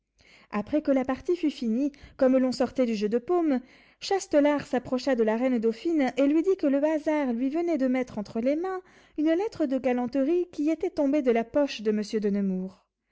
après que la partie fut finie comme l'on sortait du jeu de paume châtelart s'approcha de la reine dauphine et lui dit que le hasard lui venait de mettre entre les mains une lettre de galanterie qui était tombée de la poche de monsieur de nemours